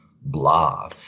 blah